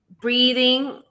breathing